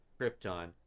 Krypton